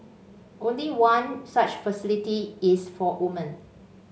only one such facility is for woman